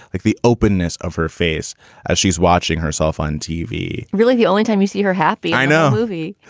like the openness of her face as she's watching herself on tv. really, the only time you see her happy? i know movie.